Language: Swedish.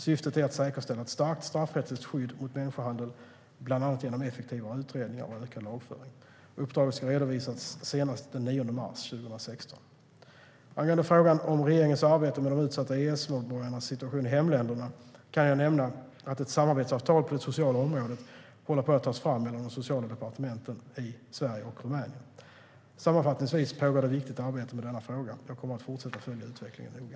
Syftet är att säkerställa ett starkt straffrättsligt skydd mot människohandel, bland annat genom effektivare utredningar och ökad lagföring. Uppdraget ska redovisas senast den 9 mars 2016. Angående frågan om regeringens arbete med de utsatta EES-medborgarnas situation i hemländerna kan jag nämna att ett samarbetsavtal på det sociala området håller på att tas fram mellan de sociala departementen i Sverige och Rumänien. Sammanfattningsvis pågår det viktigt arbete i denna fråga. Jag kommer att fortsätta att följa utvecklingen noga.